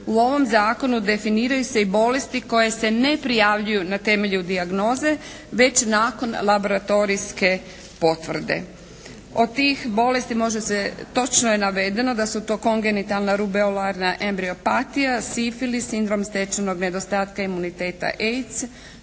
u ovom Zakonu definiraju se i bolesti koje se ne prijavljuju na temelju dijagnoze, već nakon laboratorijske potvrde. Od tih bolesti može se, točno je navedeno da su to kongenitalna rubeolarna embriopatija, sifilis, sindorm stečenog nedostatka imuniteta AIDS,